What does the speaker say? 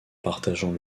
partageant